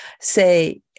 say